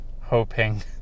hoping